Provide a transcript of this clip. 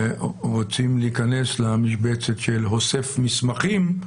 שכאשר רוצים להיכנס באתר למשבצת של "הוסף מסמכים",